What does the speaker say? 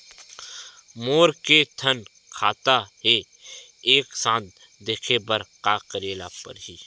मोर के थन खाता हे एक साथ देखे बार का करेला पढ़ही?